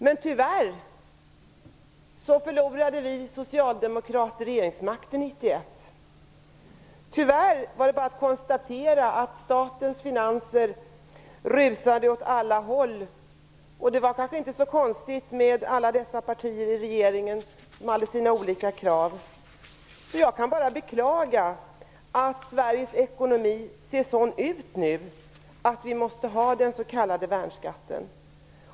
Men tyvärr förlorade vi socialdemokrater regeringsmakten 1991. Tyvärr rusade statens finanser åt alla håll, och det var kanske inte så konstigt med tanke på alla dessa partier i regeringen som hade olika krav. Jag kan bara beklaga att Sveriges ekonomi nu ser sådan ut att vi måste ha den s.k. värnskatten.